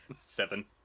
Seven